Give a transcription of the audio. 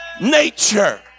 nature